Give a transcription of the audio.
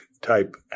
type